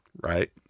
Right